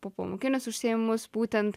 popamokinius užsiėmimus būtent